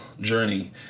journey